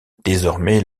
désormais